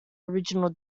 original